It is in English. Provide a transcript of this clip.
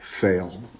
fail